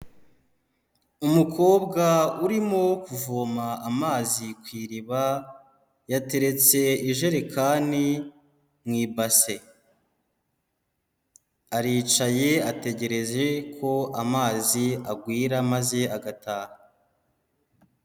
Umukobwa urimo kuvoma amazi ku iriba, yateretse ijerekani mu ibase, aricaye ategereje ko amazi agwira maze agataha.